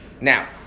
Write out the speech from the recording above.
Now